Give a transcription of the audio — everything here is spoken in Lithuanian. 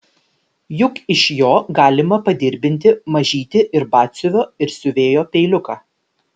juk iš jo galima padirbdinti mažytį ir batsiuvio ir siuvėjo peiliuką